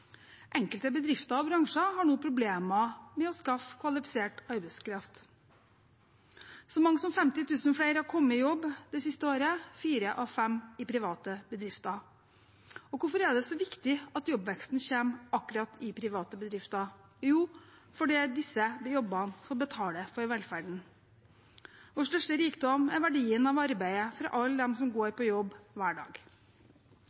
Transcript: Enkelte bedrifter og bransjer har nå problemer med å skaffe kvalifisert arbeidskraft. Så mange som 50 000 flere har kommet i jobb det siste året – fire av fem i private bedrifter. Hvorfor er det så viktig at jobbveksten kommer akkurat i private bedrifter? Jo, fordi det er disse jobbene som betaler for velferden. Vår største rikdom er verdien av arbeidet fra alle dem som går